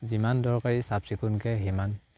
যিমান দৰকাৰী চাফ চিকুণকে সিমান